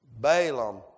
Balaam